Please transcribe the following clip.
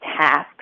tasks